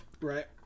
Right